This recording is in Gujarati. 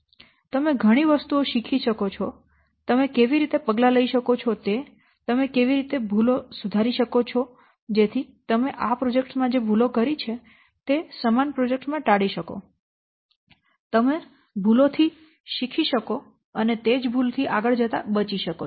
તમે ઘણી વસ્તુઓ શીખી શકો છો તમે કેવી રીતે પગલાં લઈ શકો છો તે તમે કેવી રીતે ભૂલો સુધારી શકો છો જેથી તમે આ પ્રોજેક્ટમાં જે ભૂલો કરી છે તે સમાન પ્રોજેક્ટ્સ માં ટાળી શકો તમે ભૂલોથી શીખી શકો અને તે જ ભૂલથી બચી શકો છો